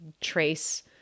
trace